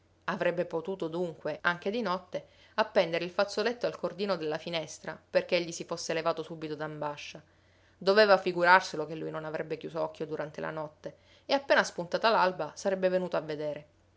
avrebbe potuto dunque anche di notte appendere il fazzoletto al cordino della finestra perché egli si fosse levato subito d'ambascia doveva figurarselo che lui non avrebbe chiuso occhio durante la notte e appena spuntata l'alba sarebbe venuto a vedere